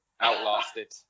outlasted